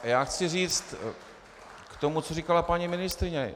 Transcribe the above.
Já chci říct k tomu, co říkala paní ministryně.